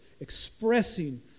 expressing